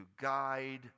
guide